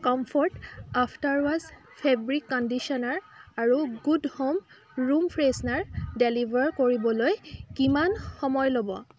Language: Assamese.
comfort after wash fabric conditioner আৰু good home room freshener deliver কৰিবলৈ কিমান সময় ল'ব